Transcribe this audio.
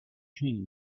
change